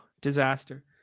disaster